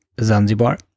zanzibar